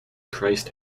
christ